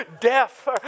deaf